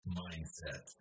mindset